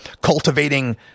cultivating